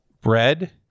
bread